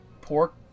pork